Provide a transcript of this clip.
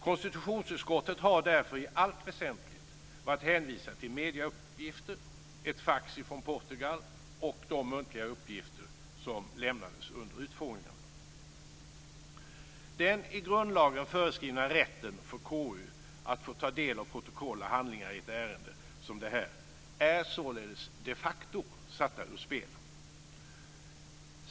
Konstitutionsutskottet har därför i allt väsentligt varit hänvisat till medieuppgifter, ett fax från Portugal och de muntliga uppgifter som lämnades under utfrågningarna. Den i grundlagen föreskrivna rätten för KU att få ta del av protokoll och handlingar i ett ärende som detta är således de facto satt ur spel.